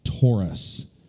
Taurus